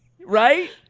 right